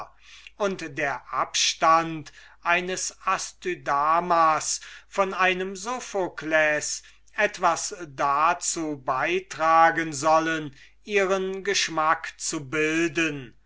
und der abstand eines astydamas von einem sophokles etwas dazu beitragen sollen ihren geschmack zu bilden